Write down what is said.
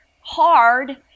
hard